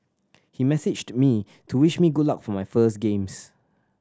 he messaged me to wish me good luck for my first games